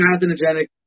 pathogenic